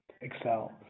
Excel